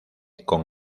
con